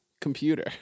computer